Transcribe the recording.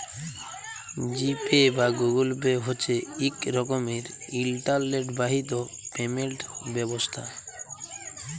জি Pay বা Google Pay হছে ইক রকমের ইলটারলেট বাহিত পেমেল্ট ব্যবস্থা